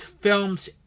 films